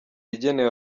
igenewe